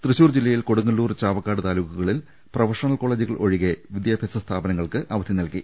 തൃശൂർ ജില്ലയിൽ കൊടുങ്ങല്ലൂർ ചാവക്കാട് താലൂക്കുകളിൽ പ്രൊഫഷണൽ കോളജുകൾ ഒവികെ വിദ്യാഭ്യാസ സ്ഥാപനങ്ങൾക്കും അവധി നൽകി